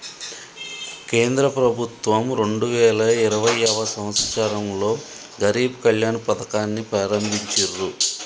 కేంద్ర ప్రభుత్వం రెండు వేల ఇరవైయవ సంవచ్చరంలో గరీబ్ కళ్యాణ్ పథకాన్ని ప్రారంభించిర్రు